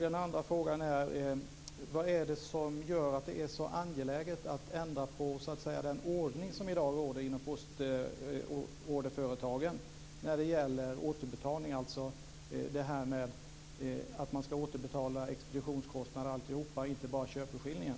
Den andra frågan gäller vad det är som är så angeläget att ändra på i den ordning som i dag råder inom postorderföretagen när det gäller återbetalning. Det gäller frågan om att återbetala expeditionskostnader osv. och inte bara köpeskillingen.